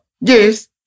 Yes